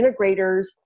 integrators